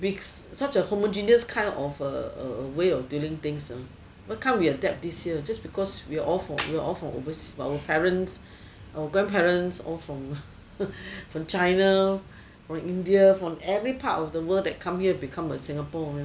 if such a homogeneous kind of way of dealing things uh why can't we have adapt this here just because we are all from overseas our parents our grandparents all from china from india from every part of the world that come here become a singapore you know